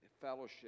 fellowship